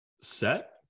set